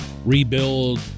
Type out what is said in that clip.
rebuild